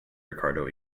ricardo